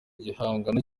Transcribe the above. gihangano